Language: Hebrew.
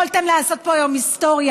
יכולתם לעשות פה היום היסטוריה.